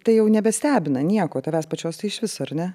tai jau nebestebina nieko tavęs pačios tai iš viso ar ne